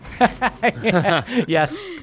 Yes